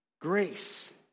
Grace